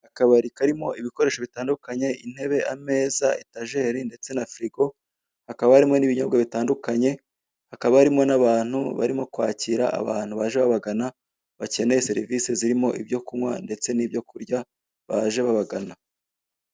Akabari karimo ibikoresho bitandukanye intebe, ameza, etajeri ndetse na firigo hakaba harimo n'ibinyobwa bitandukanye, hakaba harimo n'abantu barimo kwakira abantu baje babagana bakeneye serivise zirimo ibyo kunywa ndetse nibyo kurya baje babagana.